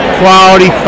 quality